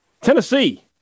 Tennessee